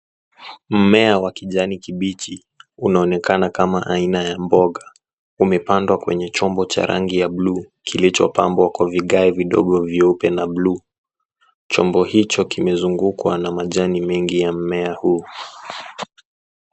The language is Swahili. Mmea wa kijani kibichi unaonekana kama aina ya mboga, umepandwa kwenye chombo cha rangi ya bluu, kilichopambwa kwa vigae vidogo vyeupe na bluu, chombo hicho kimezungukwa na majani mengi ya mmea huu.